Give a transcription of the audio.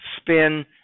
spin